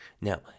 Now